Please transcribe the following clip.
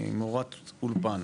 ממורת אולפן,